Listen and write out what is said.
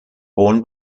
born